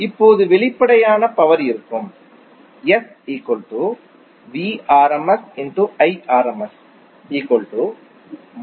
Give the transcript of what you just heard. இப்போது வெளிப்படையான பவர் இருக்கும் VA